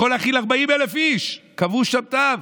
שיכול להכיל 40,000 איש, קבעו שם תו,